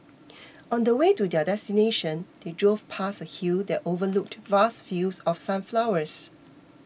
on the way to their destination they drove past a hill that overlooked vast fields of sunflowers